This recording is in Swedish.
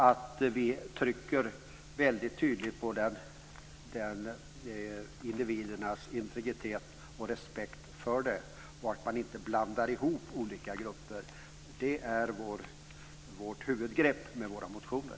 Vi trycker väldigt tydligt på respekten för individernas integritet och att man inte blandar ihop olika grupper. Det är vårt huvudgrepp med våra motioner.